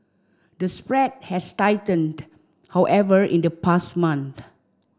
the spread has tightened however in the past month